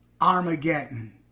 Armageddon